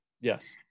Yes